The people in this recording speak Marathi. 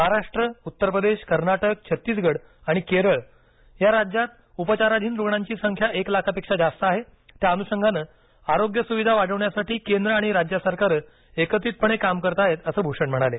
महाराष्ट्र उत्तर प्रदेश कर्नाटक छत्तीसगड आणि केरळ या राज्यात उपचाराधीन रुग्णांची संख्या एक लाखापेक्षा जास्त आहे त्या अनुषंगानं आरोग्य सुविधा वाढवण्यासाठी केंद्र आणि राज्य सरकारं एकत्रितपणे काम करत आहेत असं भूषण म्हणाले